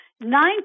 Nine